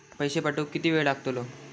पैशे पाठवुक किती वेळ लागतलो?